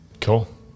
Cool